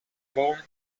born